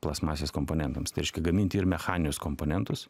plastmasės komponentams tai reiškia gaminti ir mechaninius komponentus